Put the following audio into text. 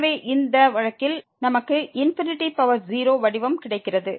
எனவே இந்த வழக்கில் நமக்கு 0 வடிவம் கிடைக்கிறது